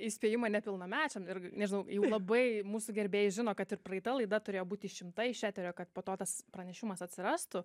įspėjimą nepilnamečiam ir nežinau jau labai mūsų gerbėjai žino kad ir praeita laida turėjo būti išimta iš eterio kad po to tas pranešimas atsirastų